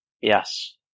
Yes